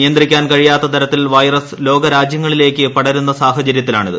നിയന്ത്രിക്കാൻ കഴിയാത്ത തരത്തിൽ വൈറസ് ലോക രാജ്യങ്ങളിലേക്ക് പടരുന്ന സാഹചര്യത്തിലാണിത്